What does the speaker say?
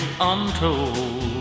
untold